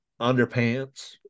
underpants